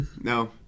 No